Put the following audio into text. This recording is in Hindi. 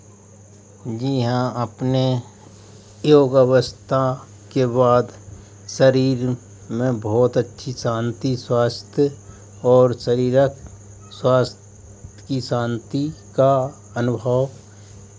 जी हाँ अपने योग अवस्था के बाद शरीर में बहुत अच्छी शांति स्वास्थ्य और शरीरक स्वास्थ्य की शांति का अनुभव